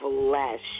Flesh